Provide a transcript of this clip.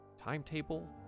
timetable